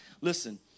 Listen